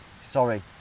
sorry